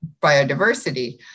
biodiversity